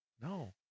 No